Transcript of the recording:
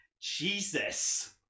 Jesus